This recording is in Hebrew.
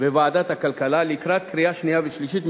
וועדת הכלכלה לקראת קריאה שנייה ושלישית,